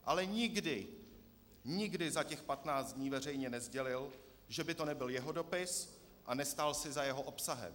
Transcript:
Ale nikdy, nikdy za těch 15 dní veřejně nesdělil, že by to nebyl jeho dopis, a nestál si za jeho obsahem.